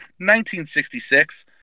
1966